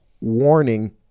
warning